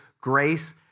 grace